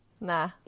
nah